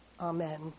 Amen